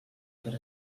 per